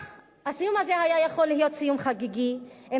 הסיום הזה היה יכול להיות סיום חגיגי אם